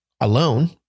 alone